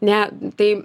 ne tai